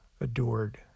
adored